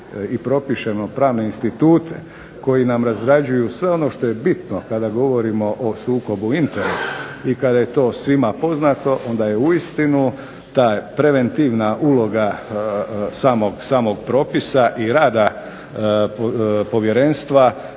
i propišemo pravne institute koji nam razrađuju sve ono što je bitno kada govorimo o sukobu interesa, i kada je to svima poznato, onda je uistinu ta preventivna uloga samog propisa i rada povjerenstva